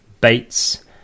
Bates